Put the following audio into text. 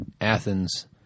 Athens